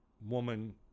woman